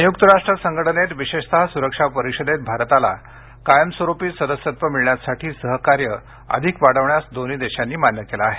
संयुक्त राष्ट्र संघटनेत विशेषतः सुरक्षा परिषदेत भारताला कायमस्वरूपी सदस्यत्व मिळण्यासाठी सहकार्य अधिक वाढवण्यास दोन्ही देशांनी मान्य केलं आहे